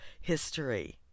history